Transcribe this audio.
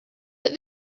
that